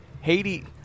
Haiti